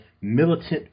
militant